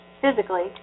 physically